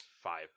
five